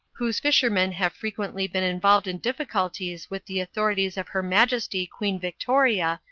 whose fishermen have frequently been involved in difficulties with the authorities of her majesty queen victoria,